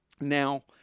Now